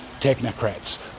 technocrats